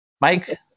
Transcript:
Mike